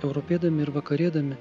europėdami ir vakarėdami